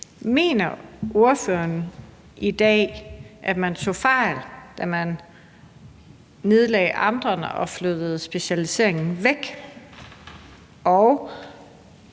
Mener ordføreren i dag, at man tog fejl, da man nedlagde amterne og flyttede specialiseringen væk?